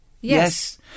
Yes